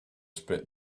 spit